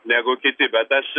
negu kiti bet aš